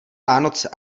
vánoce